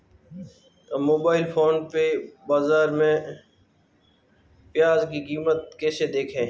हम mobile phone पर बाज़ार में प्याज़ की कीमत कैसे देखें?